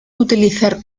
utilizar